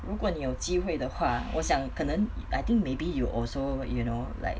如果你有机会的话我想可能 I think maybe you also you know like